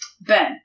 Ben